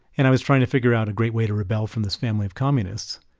and i was trying to figure out a great way to rebel from this family of communists.